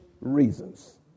reasons